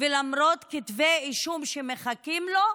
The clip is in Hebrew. ולמרות כתבי אישום שמחכים לו,